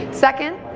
Second